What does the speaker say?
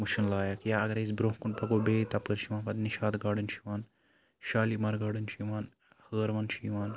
وٕچھُن لایق یا اگَرے أسۍ برونٛہہ کُن پَکو بیٚیہِ تَپٲرۍ چھُ یِوان پَتہٕ نِشاط گاڈن چھُ یِوان شالیٖمار گاڈن چھُ یِوان ہٲروَن چھُ یِوان